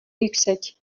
yüksek